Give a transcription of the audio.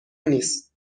نیست